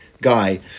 guy